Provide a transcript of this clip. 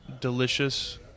delicious